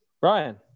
Brian